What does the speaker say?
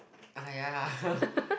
!aiya!